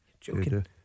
Joking